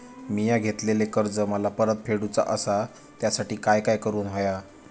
मिया घेतलेले कर्ज मला परत फेडूचा असा त्यासाठी काय काय करून होया?